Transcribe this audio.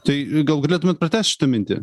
tai gal galėtumėt pratęst šitą mintį